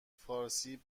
فارسی